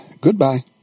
Goodbye